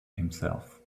himself